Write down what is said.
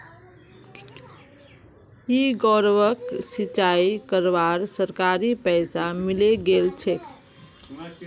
की गौरवक सिंचाई करवार सरकारी पैसा मिले गेल छेक